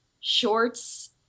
shorts